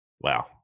Wow